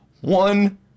One